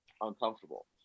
uncomfortable